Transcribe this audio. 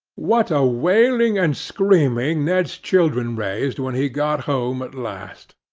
what a wailing and screaming ned's children raised when he got home at last!